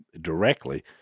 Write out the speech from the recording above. directly